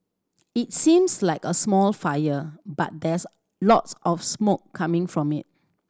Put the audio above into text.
it seems like a small fire but there's lots of smoke coming from it